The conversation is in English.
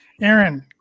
Aaron